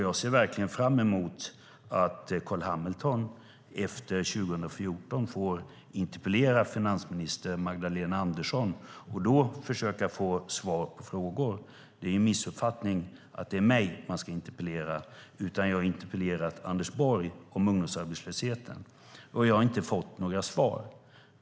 Jag ser verkligen fram emot att Carl B Hamilton efter 2014 får interpellera finansminister Magdalena Andersson och då försöka få svar på frågor. Det är en missuppfattning att det är mig man ska interpellera. Jag har interpellerat Anders Borg om ungdomsarbetslösheten, och jag har inte fått några svar.